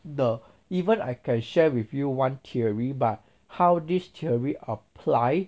the even I can share with you one theory but how this theory apply